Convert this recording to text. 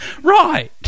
Right